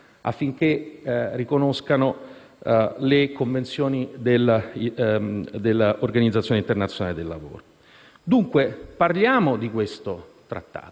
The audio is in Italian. affinché riconoscano le convenzioni dell'Organizzazione internazionale del lavoro. Dunque, parliamo di questo Trattato